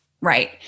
Right